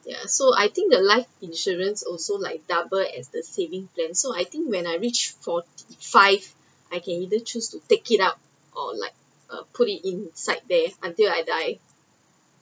ya so I think the life insurance also like double as the saving plan so I think when I reach forty five I can either choose to take it out or like uh put it inside there until I die